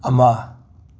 ꯑꯃ